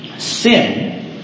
Sin